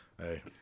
Hey